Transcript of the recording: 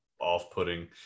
off-putting